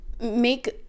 make